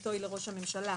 זיקתו היא לראש הממשלה,